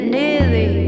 nearly